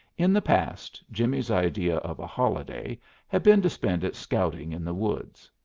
in the past jimmie's idea of a holiday had been to spend it scouting in the woods.